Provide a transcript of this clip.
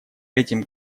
этим